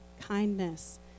kindness